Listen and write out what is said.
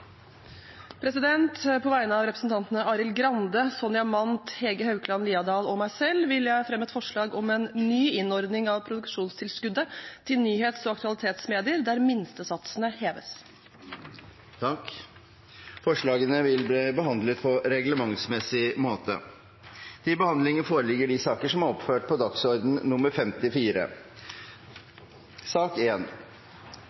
På vegne av representantene Arild Grande, Sonja Mandt, Hege Haukeland Liadal og meg selv vil jeg fremme et forslag om en ny innordning av produksjonstilskuddet til nyhets- og aktualitetsmedier, der minstesatsene heves. Forslagene vil bli behandlet på reglementsmessig måte.